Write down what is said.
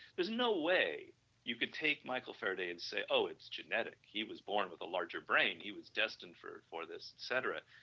is no way you can take michael faraday and say oh, its genetic, he was born with the larger brain, he was destine for for this, etcetera,